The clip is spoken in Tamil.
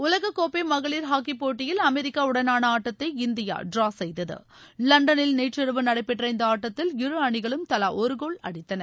உலகக் கோப்பை மகளிர் ஹாக்கிப் போட்டியில் அமெரிக்கா உடனான ஆட்டத்தை இந்தியா டிரா செய்தது லண்டனில் நேற்றிரவு நடைபெற்ற இந்த ஆட்டத்தில் இரு அணிகளும் தலா ஒரு கோல் அடித்தன